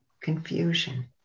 confusion